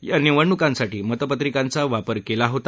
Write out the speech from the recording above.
या निवडणुकांसाठी मतपत्रिकांचा वापर केला होता